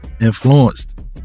influenced